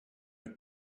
have